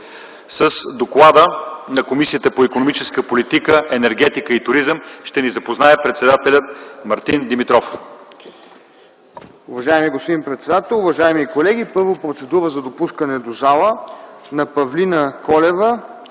С доклада на Комисията по икономическата политика, енергетика и туризъм ще ни запознае председателят й Мартин Димитров.